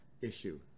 issue